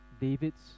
David's